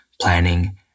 planning